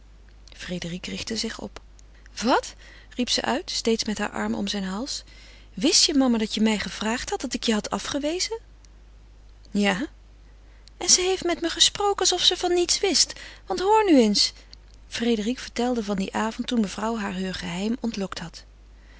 frédérique richtte zich op wat riep ze uit steeds met haar arm om zijn hals wist je mama dat je mij gevraagd had dat ik je had afgewezen ja en ze heeft met me gesproken alsof ze van niets wist want hoor nu eens frédérique vertelde van dien avond toen mevrouw haar heur geheim ontlokt had